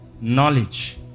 knowledge